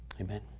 Amen